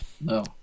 No